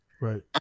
Right